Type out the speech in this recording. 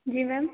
जी ma'am